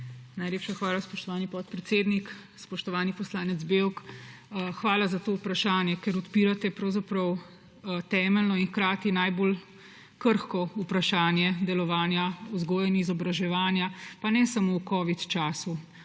Najlepša hvala, spoštovani podpredsednik. Spoštovani poslanec Bevk, hvala za to vprašanje. Odpirate pravzaprav temeljno in hkrati najbolj krhko vprašanje delovanja vzgoje in izobraževanja, pa ne samo v covid času,